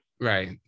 Right